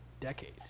decades